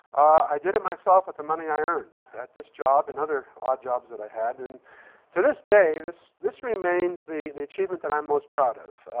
i did it myself with the money i earned, at this job and other odd jobs that i had. and to this day, this this remains the the achievement that i'm most proud of.